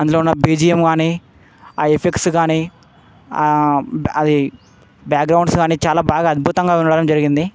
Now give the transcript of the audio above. అందులో ఉన్న బిజిఎం కానీ ఆ ఎఫెక్ట్స్ కానీ అది బ్యాక్గ్రౌండ్స్ కానీ చాలా బాగా అద్భుతంగా ఉండడం జరిగింది